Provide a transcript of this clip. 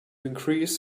increase